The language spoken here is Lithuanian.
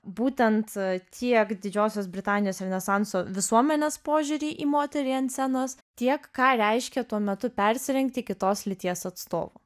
būtent tiek didžiosios britanijos renesanso visuomenės požiūrį į moterį ant scenos tiek ką reiškė tuo metu persirengti kitos lyties atstovu